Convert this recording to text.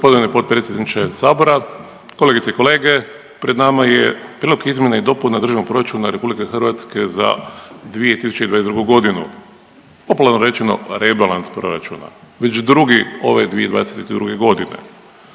Gospodine potpredsjedniče sabora, kolegice i kolege, pred nama je Prijedlog izmjena i dopuna Državnog proračuna RH za 2022.g., popularno rečeno rebalans proračuna, već drugi ove 2022.g..